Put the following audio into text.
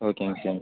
ஓகேங்க சார்